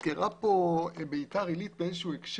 הוזכרה פה ביתר עלית.